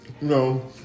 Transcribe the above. no